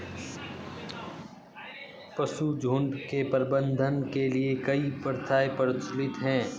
पशुझुण्ड के प्रबंधन के लिए कई प्रथाएं प्रचलित हैं